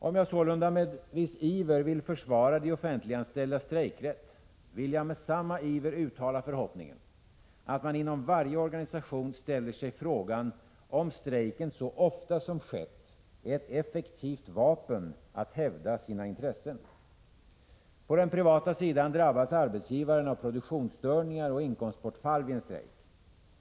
Om jag sålunda med viss iver vill försvara de offentliganställdas strejkrätt, vill jag med samma iver uttala förhoppningen, att man inom varje organisation ställer sig frågan, om strejken så ofta som skett är ett effektivt vapen när det gäller att hävda sina intressen. På den privata sidan drabbas arbetsgivaren av produktionsstörningar och inkomstbortfall vid en strejk.